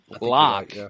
lock